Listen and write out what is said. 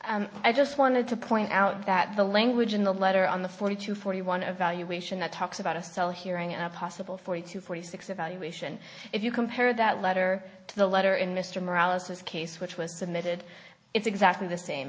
out i just wanted to point out that the language in the letter on the forty two forty one evaluation that talks about a cell hearing are possible forty to forty six evaluation if you compare that letter to the letter in mr morality his case which was submitted it's exactly the same